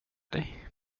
dig